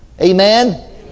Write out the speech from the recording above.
Amen